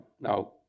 now